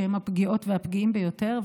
שהם הפגיעות והפגיעים ביותר,